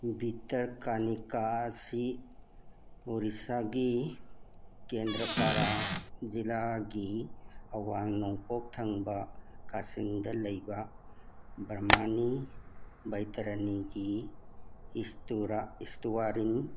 bitter ꯀꯥꯅꯤꯀꯥꯁꯤ ꯑꯣꯔꯤꯁꯥꯒꯤ ꯀꯦꯟꯗ꯭ꯔꯥ ꯄꯥꯔꯥ ꯖꯤꯂꯥꯒꯤ ꯑꯋꯥꯡ ꯅꯣꯡꯄꯣꯛ ꯊꯪꯕ ꯀꯥꯆꯤꯟꯗ ꯂꯩꯕ ꯕ꯭ꯔꯝꯃꯥꯅꯤ ꯕꯩꯇꯔꯥꯅꯤꯒꯤ ꯏꯁꯇꯨꯋꯥꯔꯤꯟ